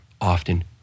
often